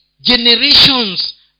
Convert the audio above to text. Generations